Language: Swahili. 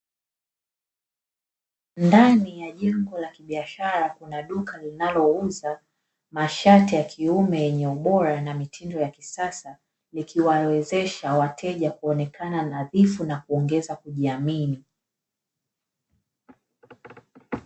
Ndani ya jengo la kibiashara kuna duka linalo uza mashati ya kiume yenye ubora na mitindo ya kisasa, likiwawezesha wateja kuonekana nadhifu na kuongeza kujiamini.